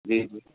जी जी